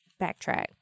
Backtrack